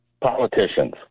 Politicians